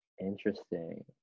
Interesting